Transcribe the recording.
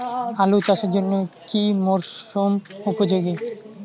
আলু চাষের জন্য কি মরসুম উপযোগী?